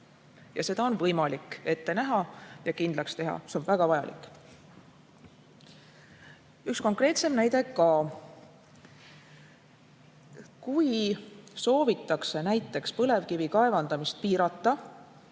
Seda on võimalik ette näha ja kindlaks teha, see on väga vajalik. Üks konkreetsem näide ka. Kui soovitakse näiteks põlevkivi kaevandamist piirata,